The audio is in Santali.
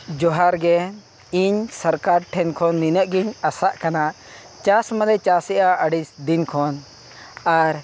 ᱡᱚᱦᱟᱨ ᱜᱮ ᱤᱧ ᱥᱚᱨᱠᱟᱨ ᱴᱷᱮᱱ ᱠᱷᱚᱱ ᱱᱤᱱᱟᱹᱜ ᱜᱮᱧ ᱟᱥᱟᱜ ᱠᱟᱱᱟ ᱪᱟᱥ ᱢᱟᱞᱮ ᱪᱟᱥᱮᱫᱼᱟ ᱟᱹᱰᱤᱫᱤᱱ ᱠᱷᱚᱱ ᱟᱨ